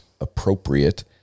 appropriate